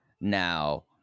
now